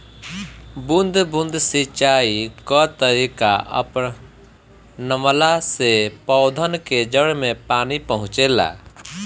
बूंद बूंद सिंचाई कअ तरीका अपनवला से पौधन के जड़ में पानी पहुंचेला